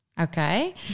Okay